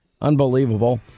Unbelievable